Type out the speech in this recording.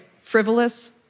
frivolous